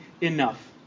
enough